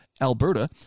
Alberta